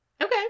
Okay